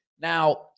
Now